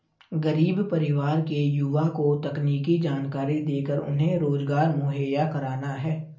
गरीब परिवार के युवा को तकनीकी जानकरी देकर उन्हें रोजगार मुहैया कराना है